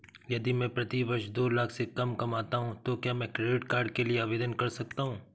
यदि मैं प्रति वर्ष दो लाख से कम कमाता हूँ तो क्या मैं क्रेडिट कार्ड के लिए आवेदन कर सकता हूँ?